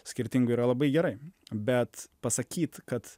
skirtingų yra labai gerai bet pasakyt kad